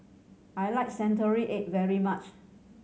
I like century egg very much